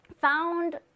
found